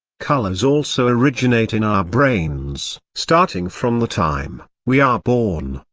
colors also originate in our brains starting from the time, we are born,